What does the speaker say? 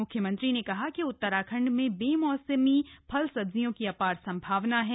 मुख्यमंत्री ने कहा कि उत्तराखंड मैं बेमौसमी फल सब्जियों की अपार संभावना है